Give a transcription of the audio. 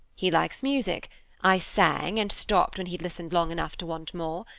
he likes music i sang, and stopped when he'd listened long enough to want more.